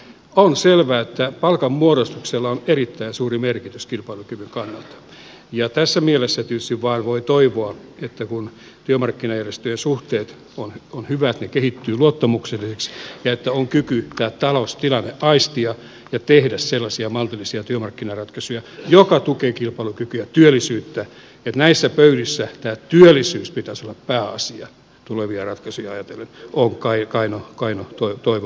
on selvää että palkanmuodostuksella on erittäin suuri merkitys kilpailukyvyn kannalta ja tässä mielessä tietysti vain voi toivoa että kun työmarkkinajärjestöjen suhteet ovat hyvät ne kehittyvät luottamuksellisiksi ja on kyky tämä taloustilanne aistia ja tehdä sellaisia maltillisia työmarkkinaratkaisuja jotka tukevat kilpailukykyä työllisyyttä näissä pöydissä tämä työllisyys pitäisi olla pääasia tulevia ratkaisuja ajatellen on kaino toivomukseni